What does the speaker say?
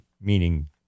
meaning